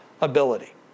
ability